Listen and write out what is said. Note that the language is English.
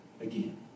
again